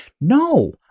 No